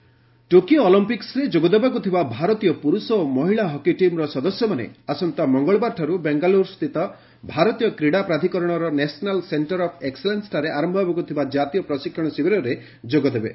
hockey ଅଲମ୍ପିକ୍ନ Tokyo ଅଲମ୍ପିକ୍୍ରରେ ଯୋଗଦେବାକୁ ଥିବା ଭାରତୀୟ ପୁରୁଷ ଓ ମହିଳା ହକି ଟିମ୍ର ସଦସ୍ୟମାନେ ଆସନ୍ତା ମଙ୍ଗଳବାରଠାରୁ ବେଙ୍ଗାଲୁରୁସ୍ଥିତ ଭାରତୀୟ କ୍ରୀଡ଼ା ପ୍ରାଧିକରଣର ନ୍ୟାସନାଲ ସେଙ୍କର ଅଫ୍ ଏକ୍କଲେନ୍ବଠାରେ ଆରମ୍ଭ ହେବାକୁ ଥିବା ଜାତୀୟ ପ୍ରଶିକ୍ଷଣ ଶିବିରରେ ଯୋଗଦେବେ